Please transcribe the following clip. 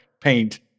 paint